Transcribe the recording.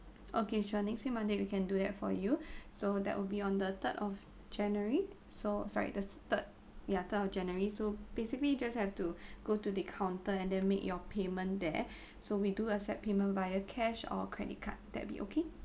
okay sure next week monday we can do that for you so that will be on the third of january so sorry the third ya third of january so basically you just have to go to the counter and then make your payment there so we do accept payment via cash or credit card that be okay